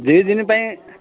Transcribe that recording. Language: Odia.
ଦୁଇଦିନ ପାଇଁ